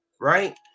right